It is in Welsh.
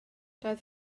doedd